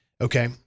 Okay